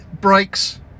brakes